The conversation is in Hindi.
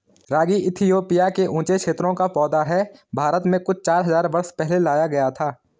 रागी इथियोपिया के ऊँचे क्षेत्रों का पौधा है भारत में कुछ चार हज़ार बरस पहले लाया गया था